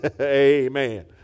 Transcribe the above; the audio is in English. Amen